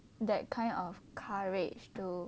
that kind of courage to